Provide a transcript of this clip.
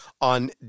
on